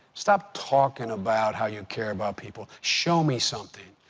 stop talking about how you care about people. show me something.